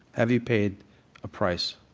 have you paid a price?